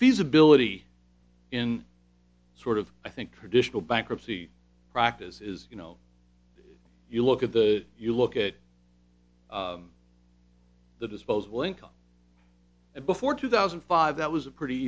feasibility in sort of i think traditional bankruptcy practice is you know you look at that you look at the disposable income and before two thousand and five that was a pretty